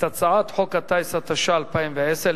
את הצעת חוק הטיס, התש"ע 2010,